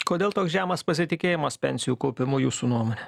kodėl toks žemas pasitikėjimas pensijų kaupimu jūsų nuomone